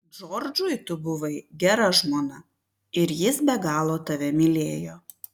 džordžui tu buvai gera žmona ir jis be galo tave mylėjo